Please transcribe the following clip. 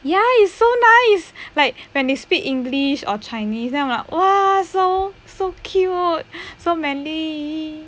ya is so nice like when they speak english or chinese then I'm like !wah! so so cute so manly